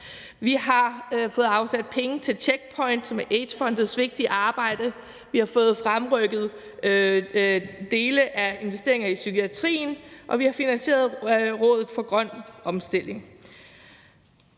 Vi har fået afsat penge til Checkpoint, som er en del af AIDS-Fondets vigtige arbejde. Vi har fået fremrykket dele af investeringerne i psykiatrien, og vi har finansieret Rådet for Grøn Omstilling.